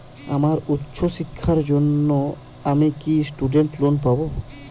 আমার উচ্চ শিক্ষার জন্য আমি কি স্টুডেন্ট লোন পাবো